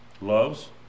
loves